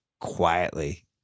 quietly